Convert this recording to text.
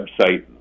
website